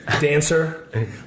Dancer